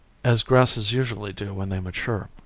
as grasses usually do when they mature.